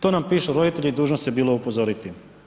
To nam pišu roditelji, dužnost je bila upozoriti.